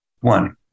One